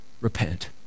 Repent